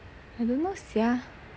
I don't know sia